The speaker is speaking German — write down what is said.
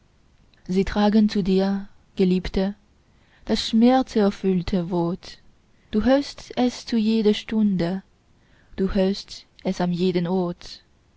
sie tragen zu dir geliebte das schmerzerfüllte wort du hörst es zu jeder stunde du hörst es an jedem ort